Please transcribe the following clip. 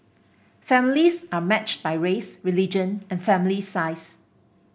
families are matched by race religion and family size